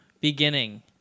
beginning